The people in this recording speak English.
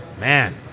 Man